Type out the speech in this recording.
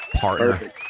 partner